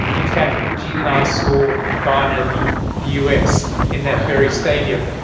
in fact, jean and i saw ghana beat the us in that very stadium.